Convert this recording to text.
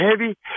heavy